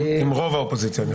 עם רוב האופוזיציה.